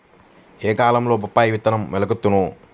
ఏ కాలంలో బొప్పాయి విత్తనం మొలకెత్తును?